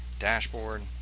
dashboard.